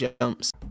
jumps